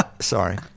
Sorry